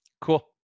Cool